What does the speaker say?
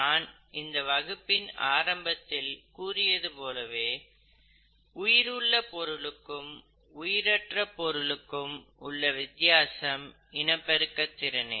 நான் இந்த வகுப்பின் ஆரம்பத்தில் கூறியது போலவே உயிருள்ள பொருளுக்கும் உயிரற்ற பொருளுக்கும் உள்ள வித்தியாசம் இனப்பெருக்கத் திறனே